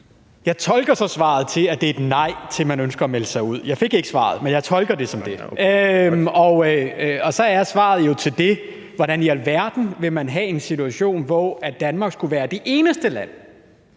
Jeg tolker svaret sådan, at det er et nej til, at man ønsker at melde sig ud. Jeg fik ikke svaret, men jeg tolker det som det. Så er spørgsmålet til det jo: Hvordan i alverden kan man have en situation, hvor Danmark skulle være det eneste land,